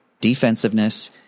defensiveness